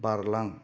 बारलां